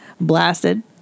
Blasted